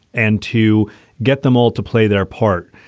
and to get them all to play their part,